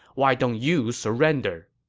why don't you surrender?